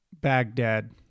baghdad